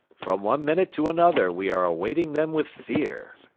from one minute to another we are awaiting them with fear,